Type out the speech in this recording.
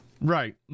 right